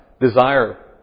desire